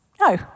No